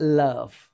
love